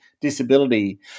disability